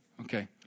Okay